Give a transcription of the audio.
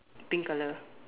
pink colour